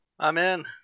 Amen